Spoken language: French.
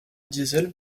diesel